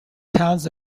towns